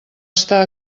està